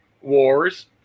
wars